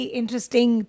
interesting